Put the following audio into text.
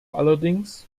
allerdings